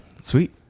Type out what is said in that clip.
Sweet